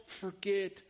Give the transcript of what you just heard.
forget